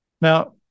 Now